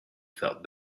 felt